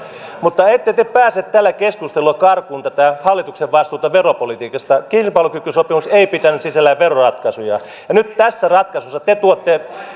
mutta ette te pääse tällä keskustelulla karkuun tätä hallituksen vastuuta veropolitiikasta kilpailukykysopimus ei pitänyt sisällään veroratkaisuja nyt tässä ratkaisussa